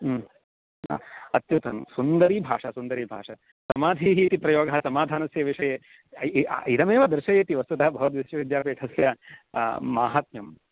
अत्युत्तमं सुन्दरी भाषा सुन्दरी भाषा समाधिः इति प्रयोगः समाधानस्य विषये इदमेव दर्शयति वस्तुतः भवद्विश्वविद्यापीठस्य माहात्म्यं